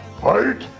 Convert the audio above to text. Fight